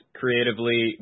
creatively